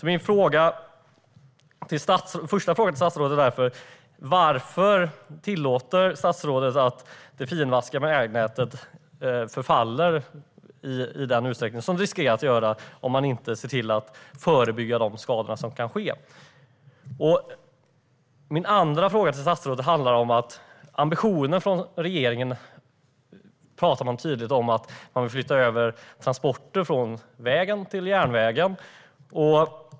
Min första fråga till statsrådet är därför varför statsrådet tillåter att det finmaskiga vägnätet förfaller i den utsträckning det riskerar att göra om man inte ser till att förebygga de skador som kan ske. Min andra fråga till statsrådet handlar om ambitionen från regeringen. Man talar tydligt om att man vill flytta över transporter från vägen till järnvägen.